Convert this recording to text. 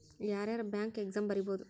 ಯಾರ್ಯಾರ್ bank exam ಬರಿಬೋದು